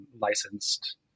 licensed